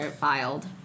filed